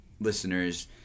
listeners